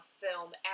film